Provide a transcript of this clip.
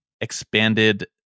expanded